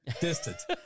distance